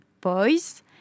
boys